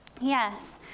Yes